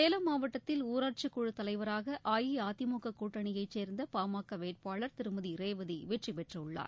சேலம் மாவட்டத்தில் ஊராட்சிக் குழுத் தலைவராக அஇஅதிமுக கூட்டணியைச் சேர்ந்த பாமக வேட்பாளர் திருமதி ரேவதி வெற்றி பெற்றுள்ளார்